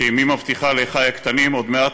"ואמי מבטיחה לאחי הקטנים:// עוד מעט,